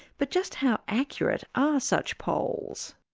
but just how accurate are such polls?